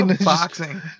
boxing